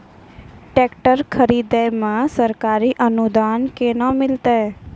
Tractor खरीदै मे सरकारी अनुदान केना मिलतै?